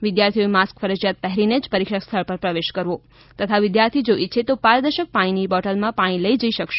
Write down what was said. વિદ્યાર્થીઓએ માસ્ક ફરજીયાત પહેરીને જ પરીક્ષા સ્થળ પર પ્રવેશ કરવું તથા વિદ્યાર્થી જો ઈચ્છે તો પારદર્શક પાણીની બોટલમાં પાણી લઈ જઈ શકશે